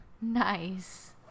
Nice